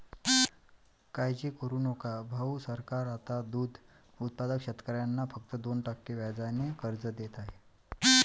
काळजी करू नका भाऊ, सरकार आता दूध उत्पादक शेतकऱ्यांना फक्त दोन टक्के व्याजाने कर्ज देत आहे